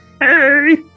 Hey